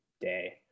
day